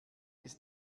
ist